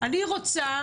אני רוצה,